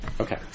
Okay